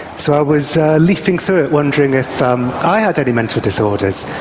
so i was leafing through it wondering if um i had any mental disorders,